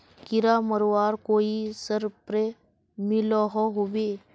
कीड़ा मरवार कोई स्प्रे मिलोहो होबे?